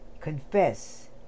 confess